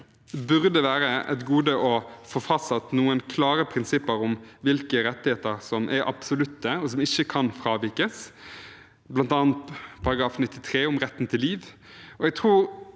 også være et gode å få fastsatt noen klare prinsipper om hvilke rettigheter som er absolutte, og som ikke kan fravikes, bl.a. § 93, om retten til liv.